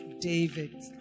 David